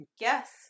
Yes